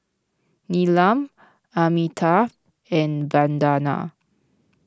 Neelam Amitabh and Vandana